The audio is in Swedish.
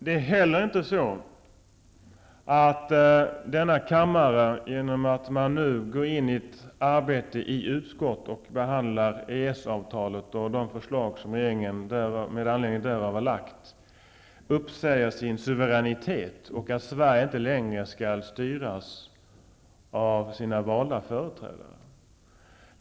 Det är heller inte så att denna kammare genom att man nu går in i ett arbete i utskottet och behandlar EES-avtalet och de förslag som regeringen med anledning därav har lagt fram uppsäger sin suveränitet och att Sverige inte längre skall styras av sina valda företrädare.